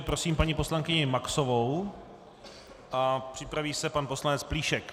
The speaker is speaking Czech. Prosím paní poslankyni Maxovou a připraví se pan poslanec Plíšek.